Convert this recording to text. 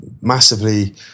massively